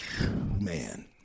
Man